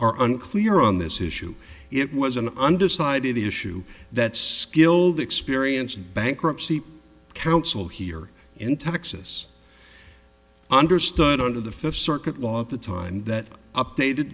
are unclear on this issue it was an undecided issue that skilled experienced bankruptcy counsel here in texas understood under the fifth circuit law at the time that updated